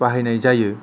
बाहायनाय जायो